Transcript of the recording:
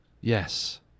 Yes